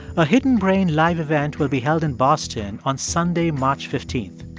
a hidden brain live event will be held in boston on sunday, march fifteen.